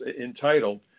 entitled